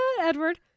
Edward